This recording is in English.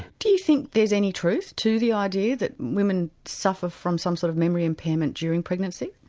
do you think there's any truth to the idea that women suffer from some sort of memory impairment during pregnancy?